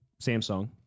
Samsung